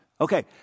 okay